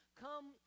come